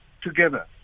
together